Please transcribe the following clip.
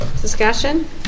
Discussion